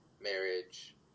marriage